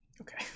Okay